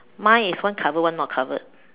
mine is one covered one not covered